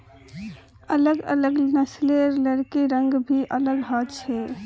अलग अलग नस्लेर लकड़िर रंग भी अलग ह छे